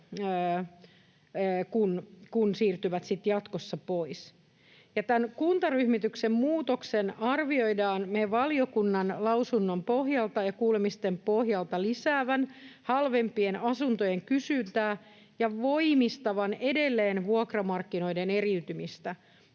sitten jatkossa pois. Tämän kuntaryhmityksen muutoksen arvioidaan valiokunnan lausunnon pohjalta ja kuulemisten pohjalta lisäävän halvempien asuntojen kysyntää ja voimistavan edelleen vuokramarkkinoiden eriytymistä.